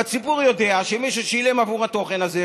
והציבור יודע שמישהו שילם עבור התוכן הזה,